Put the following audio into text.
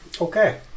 Okay